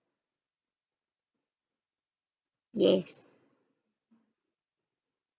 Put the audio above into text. yes